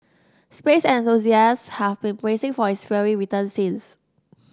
space enthusiast have been bracing for its fiery return since